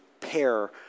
pair